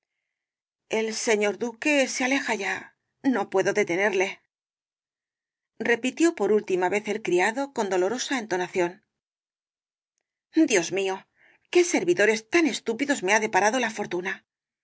el señor duque se aleja ya no puedo detenerle repitió por última vez el criado con dolorosa entonación dios mío qué servidores tan estúpidos me ha deparado la fortuna